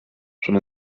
schon